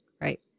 Right